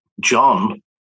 John